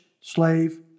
slave